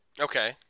Okay